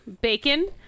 bacon